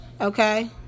Okay